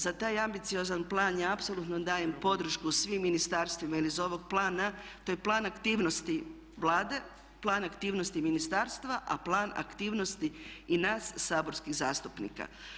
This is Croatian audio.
Za taj ambiciozan plan ja apsolutno dajem podršku svim ministarstvima jer iz ovog plana, to je plan aktivnosti Vlade, plan aktivnosti ministarstva, a plan aktivnosti i nas saborskih zastupnika.